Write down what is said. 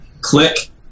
Click